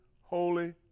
holy